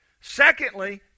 Secondly